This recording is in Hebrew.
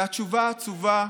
והתשובה העצובה: